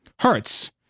Hurts